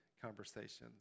conversations